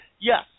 yes